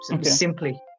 simply